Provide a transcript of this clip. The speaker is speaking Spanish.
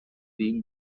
dean